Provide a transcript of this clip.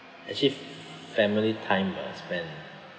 actually family time ah spend